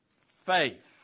faith